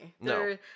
no